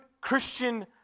Christian